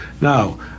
Now